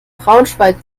braunschweig